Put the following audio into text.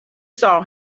saw